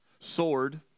Sword